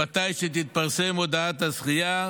מתי שתתפרסם הודעת הזכייה,